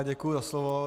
Děkuji za slovo.